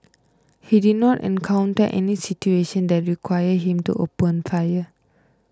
he did not encounter any situation that required him to open fire